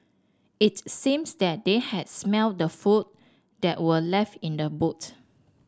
it seems that they had smelt the food that were left in the boots